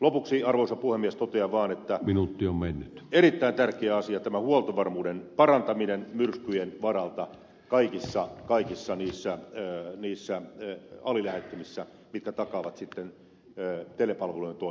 lopuksi arvoisa puhemies totean vaan että erittäin tärkeä asia on tämä huoltovarmuuden parantaminen myrskyjen varalta kaikissa niissä alilähettimissä mitkä takaavat sitten telepalvelujen toiminnan